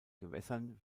gewässern